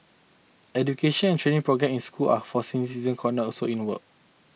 education and training programmes in schools or for senior citizen corners are also in the works